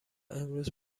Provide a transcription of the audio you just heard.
امروز